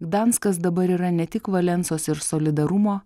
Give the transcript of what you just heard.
gdanskas dabar yra ne tik valensos ir solidarumo